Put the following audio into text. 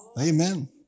Amen